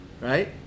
right